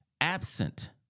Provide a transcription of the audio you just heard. absent